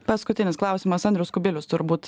paskutinis klausimas andrius kubilius turbūt